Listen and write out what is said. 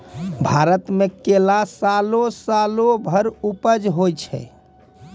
भारत मे केला सालो सालो भर उपज होय छै